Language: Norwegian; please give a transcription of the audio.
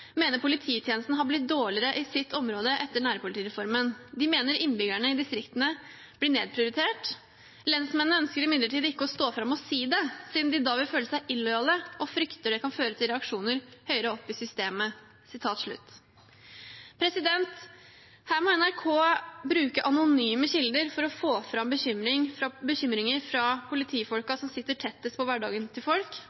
mener polititjenesten har blitt dårligere i sitt område etter nærpolitireformen. De mener innbyggerne i distriktene blir nedprioritert.» Og videre: «Lensmennene ønsker imidlertid ikke å stå frem og si det, siden de da vil føle seg illojale, og frykter det kan føre til reaksjoner høyere opp i systemet.» Her må NRK bruke anonyme kilder for å få fram bekymringer fra